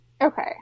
Okay